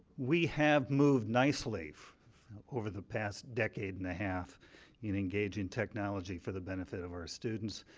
we have moved nicely over the past decade and a half in engaging technology for the benefit of our students.